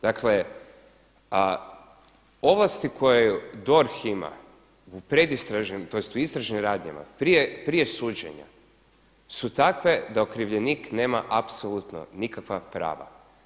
Dakle, ovlasti koje DORH ima u predistražnim, tj. u istražnim radnjama prije suđenja su takve da okrivljenik nema apsolutno nikakva prava.